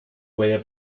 puede